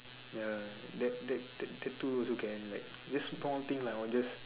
ya that that that that two also can like just small thing lah or just